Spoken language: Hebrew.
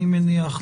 אני מניח,